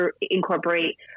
incorporate